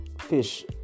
fish